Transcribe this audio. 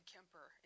Kemper